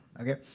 okay